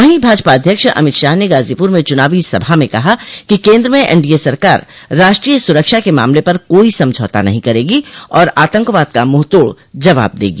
वहीं भाजपा अध्यक्ष अमित शाह ने गाजीपुर में चुनावी सभा में कहा कि केन्द्र मं एनडीए सरकार राष्ट्रीय सुरक्षा के मामले पर कोई समझौता नहीं करेगी और आतंकवाद का मुंहतोड़ जवाब देगी